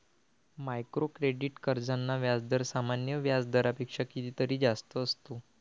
micro credit कर्जांचा व्याजदर सामान्य व्याज दरापेक्षा कितीतरी जास्त असतो